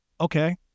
Okay